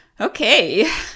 Okay